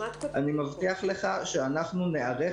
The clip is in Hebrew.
אני מבטיח לך שאנחנו ניערך.